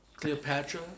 Cleopatra